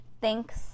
thanks